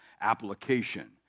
application